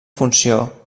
funció